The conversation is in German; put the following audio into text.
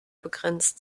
begrenzt